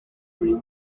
buri